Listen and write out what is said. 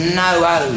no